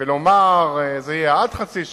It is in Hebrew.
ולומר: זה יהיה עד חצי שנה,